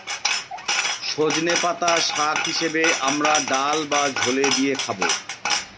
সজনের পাতা শাক হিসেবে আমরা ডাল বা ঝোলে দিয়ে খাবো